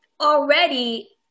already